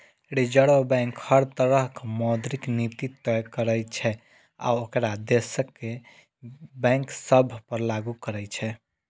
reserve bank हर तरहक मौद्रिक नीति तय करै छै आ ओकरा देशक बैंक सभ पर लागू करै छै